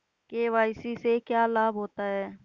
KYC से क्या लाभ होता है?